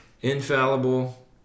infallible